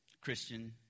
Christian